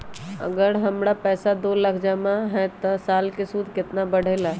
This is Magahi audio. अगर हमर पैसा दो लाख जमा है त साल के सूद केतना बढेला?